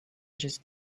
just